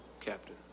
Captain